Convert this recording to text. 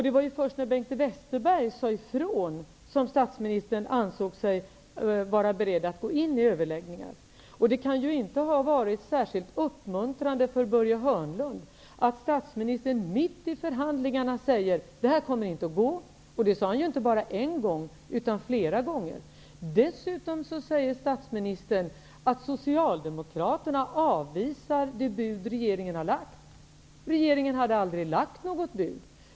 Det var först när Bengt Westerberg sade ifrån som statsministern ansåg sig vara beredd att gå in i överläggningar. Det kan inte ha varit särskilt uppmuntrande för Börje Hörnlund när statsministern mitt i förhandlingarna säger att det inte kommer att gå. Det säger han inte bara en gång, utan flera gånger. Dessutom säger statsministern att Socialdemokraterna avvisar det bud regeringen har lagt. Regeringen hade aldrig lagt något bud.